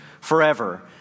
forever